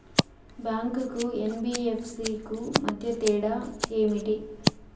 Bank కు NBFC కు మధ్య తేడా ఏమిటి?